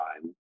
time